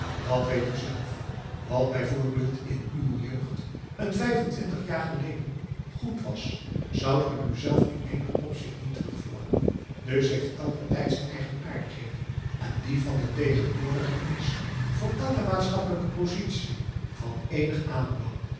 dat weet u zelf wat bij voorbeeld in uw jeugd n vijf en twintig jaar geleden goed was zoudt ge nu zelf in menig opzicht niet terugverlangen dus heeft elke tijd zijn eigenaardigheden en die van den tegenwoordigen is voor elke maatschappelijke positie van eenig aanbelang